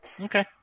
Okay